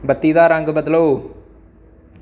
बत्ती दा रंग बदलो